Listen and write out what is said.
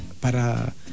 para